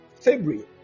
February